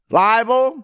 libel